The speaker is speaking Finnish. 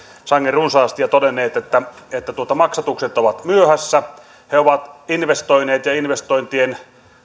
sangen runsaasti ja todenneet että maksatukset ovat myöhässä he ovat investoineet ja investointien